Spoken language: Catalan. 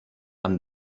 amb